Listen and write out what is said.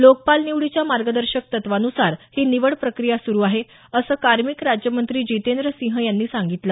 लोकपाल निवडीच्या मार्गदर्शक तत्वांनुसार ही निवड प्रक्रिया सुरु आहे असं कार्मिक राज्यमंत्री जितेंद्र सिंह यांनी सांगितलं